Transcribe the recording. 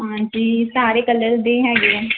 ਹਾਂਜੀ ਸਾਰੇ ਕਲਰ ਦੇ ਹੈਗੇ